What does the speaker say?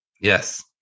Yes